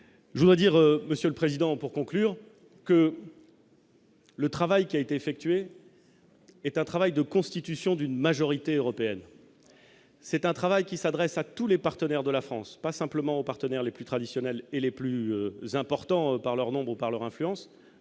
Je dois dire, Monsieur le Président pour conclure que le travail qui a été effectué est un travail de constitution d'une majorité européenne, c'est un travail qui s'adresse à tous les partenaires de la France, pas simplement aux partenaires les plus traditionnels et les plus importants par leur nombre, par leur influence